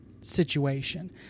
situation